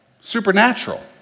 Supernatural